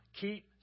Keep